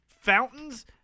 Fountains